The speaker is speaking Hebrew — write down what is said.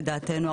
לדעתנו,